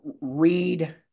Read